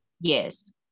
Yes